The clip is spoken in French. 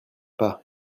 pas